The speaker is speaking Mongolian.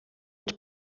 гэж